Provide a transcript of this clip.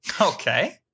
Okay